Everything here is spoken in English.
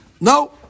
no